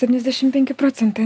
septyniasdešim penki procentai